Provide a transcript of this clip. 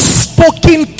spoken